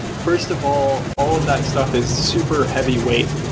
first of all, all of that stuff is super heavyweight,